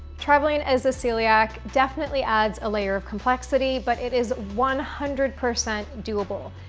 traveling as a celiac definitely adds a layer of complexity, but it is one hundred percent doable.